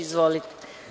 Izvolite.